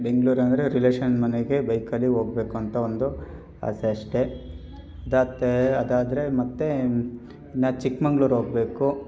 ಬೆಂಗ್ಳೂರು ಅಂದರೆ ರಿಲೇಷನ್ ಮನೆಗೆ ಬೈಕಲ್ಲಿ ಹೋಗ್ಬೇಕು ಅಂತ ಒಂದು ಆಸೆ ಅಷ್ಟೇ ಅದಾತೇ ಅದಾದರೆ ಮತ್ತು ನಾ ಚಿಕ್ಮಗ್ಳೂರ್ ಹೋಗ್ಬೇಕು